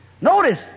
Notice